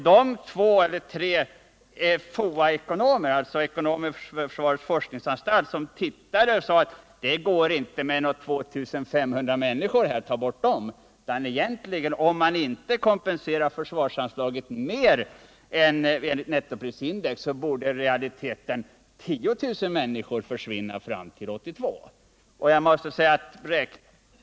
De två eller tre FOA ekonomer — alltså från försvarets forskningsanstalt — som i förväg tittade på detta har sagt att det inte räcker att ta bort 2 500 människor, utan om man inte höjer försvarsanslaget mer än med kompensation för nettoprisindex, borde i realiteten 10 000 människor försvinna fram till 1982.